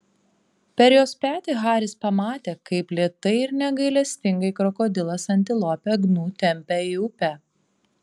per jos petį haris pamatė kaip lėtai ir negailestingai krokodilas antilopę gnu tempia į upę